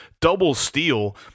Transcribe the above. double-steal